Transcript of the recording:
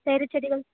வேறே செடிகள்